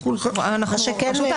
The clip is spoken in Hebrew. אבל לשיקולך.